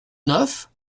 neuf